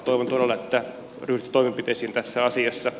toivon todella että ryhdytte toimenpiteisiin tässä asiassa